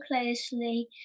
closely